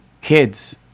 kids